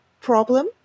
problem